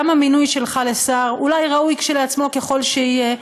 גם המינוי שלך לשר אולי ראוי כשלעצמו ככל שיהיה,